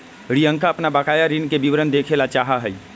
रियंका अपन बकाया ऋण के विवरण देखे ला चाहा हई